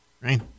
right